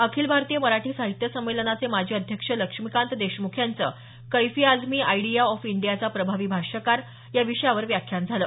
अखिल भारतीय मराठी साहित्य संमेलनाचे माजी अध्यक्ष लक्ष्मीकांत देशमुख यांचं कैफी आझमी आयडीया ऑफ इंडीयाचा प्रभावी भाष्यकार या विषयावर व्याख्यान झालं